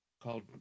called